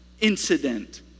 incident